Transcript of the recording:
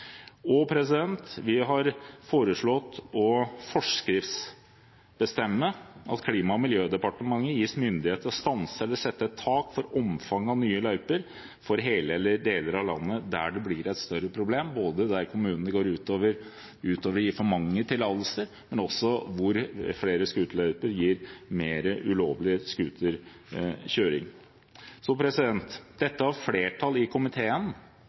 Og vi har foreslått å forskriftsbestemme at Klima- og miljødepartementet gis myndighet til å stanse eller sette et tak for omfanget av nye løyper for hele eller deler av landet der det blir et større problem, både der kommunene går ut og gir for mange tillatelser og der flere scooterløyper gir mer ulovlig scooterkjøring. Dette har flertall i komiteen.